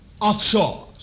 offshore